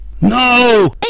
No